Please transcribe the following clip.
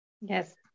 Yes